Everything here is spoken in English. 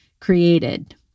created